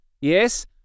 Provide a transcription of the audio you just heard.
yes